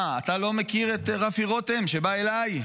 מה, אתה לא מכיר את רפי רותם, שבא אליי?